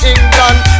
England